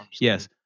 yes